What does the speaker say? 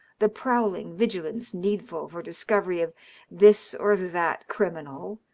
the prowling vigilance needful for discovery of this or that criminal,